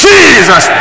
Jesus